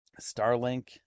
Starlink